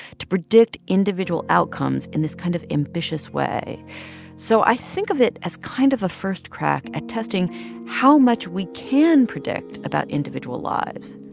to predict individual outcomes in this kind of ambitious way so i think of it as kind of a first crack at testing how much we can predict about individual lives,